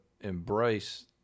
embrace